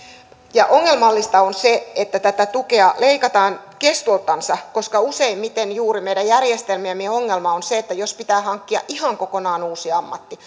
ongelmallista on se että tätä tukea leikataan kestoltansa koska useimmiten juuri meidän järjestelmiemme ongelma on se että jos pitää hankkia ihan kokonaan uusi ammatti